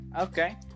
okay